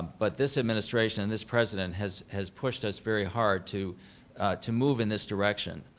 but this administration and this president has has pushed us very hard to to move in this direction.